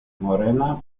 morena